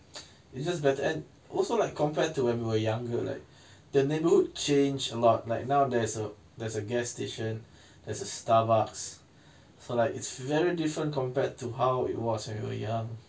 it's just better and also like compared to when we were younger like the neighbourhood change a lot like now there's a there's a gas station there's a starbucks so like it's very different compared to how it was when we were young